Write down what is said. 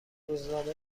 روزنامه